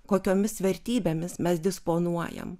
kokiomis vertybėmis mes disponuojam